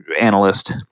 analyst